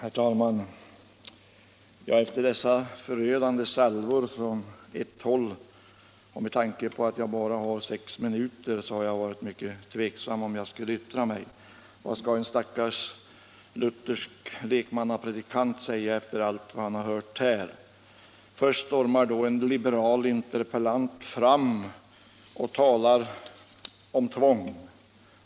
Herr talman! Efter dessa förödande salvor och med tanke på att jag nu bara har sex minuter till mitt förfogande har jag varit mycket tveksam om huruvida jag skulle ta till orda. Vad skall en stackars luthersk lekmannapredikant kunna säga efter allt vad man nu har hört här? Först stormade en liberal interpellant fram och talade om tvång.